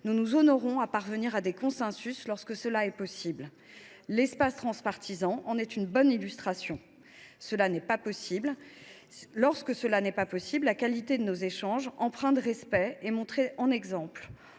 Nous nous honorons de parvenir à des consensus lorsque c’est possible – l’espace transpartisan en est une bonne illustration. Lorsque ce n’est pas possible, la qualité de nos échanges, emprunts de respect, est montrée en exemple.